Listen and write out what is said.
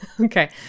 Okay